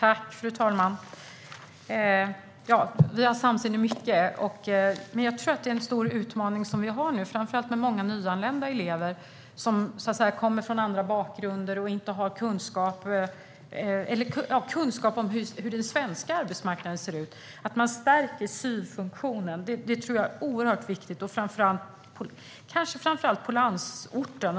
Fru talman! Vi har samsyn i mycket, men jag tror att det finns en stor utmaning nu framför allt med många nyanlända elever som kommer från andra bakgrunder och inte har kunskap om hur den svenska arbetsmarknaden ser ut. Att man stärker SYV-funktionen tror jag är oerhört viktigt, kanske framför allt på landsbygden.